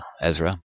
Ezra